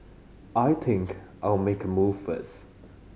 I think I'll make a move first